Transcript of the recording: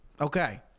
Okay